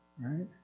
Right